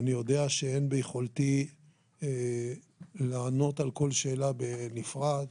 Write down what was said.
אני יודע שאין ביכולתי לענות על כל שאלה בנפרד,